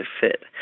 fit